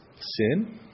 sin